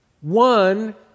One